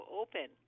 open